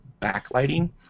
backlighting